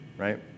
Right